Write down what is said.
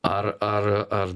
ar ar ar